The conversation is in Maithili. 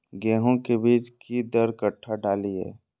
गेंहू के बीज कि दर कट्ठा डालिए?